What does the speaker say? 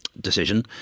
decision